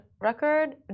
record